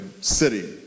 city